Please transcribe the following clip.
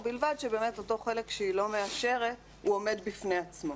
ובלבד שבאמת אותו חלק שהיא לא מאשרת הוא עומד בפני עצמו,